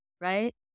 right